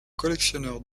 collectionneur